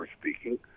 speaking